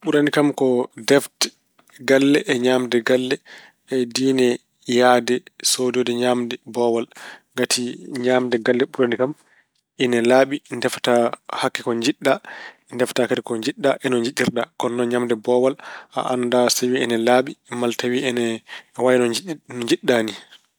Ɓurani kam ko defte galle e ñaamde galle e diine yahde soodoyde ñaamde boowal. Ngati ñaamde galle ɓurani kam. Ina laaɓi, ndefeta hakke ko njiɗɗa, ndefeta kadi ko njiɗɗa e no njiɗirɗa. Ko noon ñaamde boowal a anndaa so tawi ina laaɓi maa tawi ina wayno no nji- njiɗɗa ni.